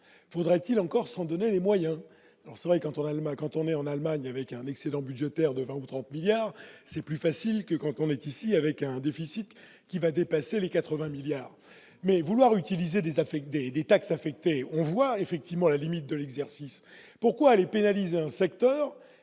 faudrait-il encore s'en donner les moyens, alors c'est vrai, quand on a le mal quand on est en Allemagne, avec un excédent budgétaire de 20 ou 30 milliards, c'est plus facile que quand on est ici, avec un déficit qui va dépasser les 80 milliards mais vouloir utiliser des affects, des des taxes affectées, on voit effectivement à la limite de l'exercice, pourquoi les pénaliser un secteur